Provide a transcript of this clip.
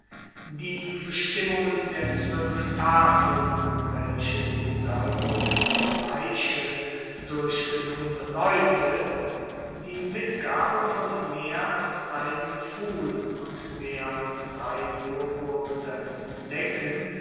die bestimmungen der zwoelf tafeln welche die salbung der leiche durch gedungene leute die mitgabe von mehr als einem pfuhl und mehr als drei purpurbesetzten decken